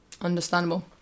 understandable